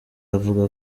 avuga